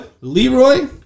Leroy